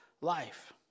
life